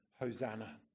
hosanna